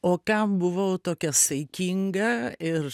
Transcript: o kam buvau tokia saikinga ir